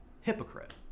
hypocrite